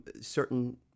certain